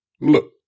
look